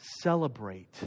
celebrate